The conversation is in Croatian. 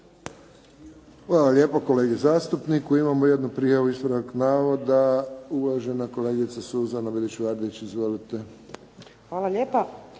Hvala lijepo kolegi zastupniku. Imamo jednu prijavu ispravak navoda, uvažena kolegica Suzana Bilić Vardić. Izvolite. **Bilić